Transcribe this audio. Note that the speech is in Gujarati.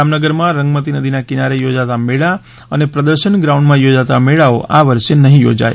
જામનગરમાં રંગમતી નદીના કિનારે યોજાતા મેળા અને પ્રદર્શન ગ્રાઉન્ડમાં યોજાતા મેળાઓ આ વર્ષે નહીં યોજાય